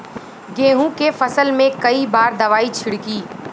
गेहूँ के फसल मे कई बार दवाई छिड़की?